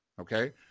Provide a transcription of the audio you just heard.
Okay